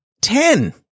ten